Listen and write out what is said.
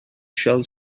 shell